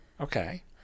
Okay